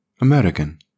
American